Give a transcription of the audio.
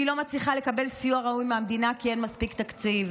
והיא לא מצליחה לקבל סיוע ראוי מהמדינה כי אין מספיק תקציב.